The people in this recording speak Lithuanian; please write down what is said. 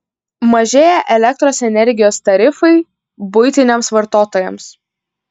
mažėja elektros energijos tarifai buitiniams vartotojams